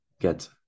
get